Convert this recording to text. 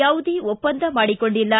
ಯಾವುದೇ ಒಪ್ಪಂದ ಮಾಡಿಕೊಂಡಿಲ್ಲ